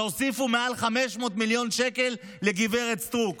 והוסיפו מעל 500 מיליון שקל לגברת סטרוק,